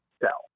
sell